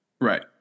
Right